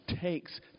takes